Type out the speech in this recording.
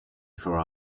for